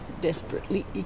desperately